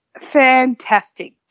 fantastic